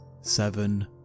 seven